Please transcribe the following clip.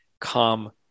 come